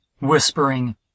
whispering